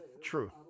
true